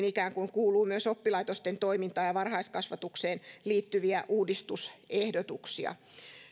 ikään kuin samaan pakettiin kuuluu myös oppilaitosten toimintaan ja varhaiskasvatukseen liittyviä uudistusehdotuksia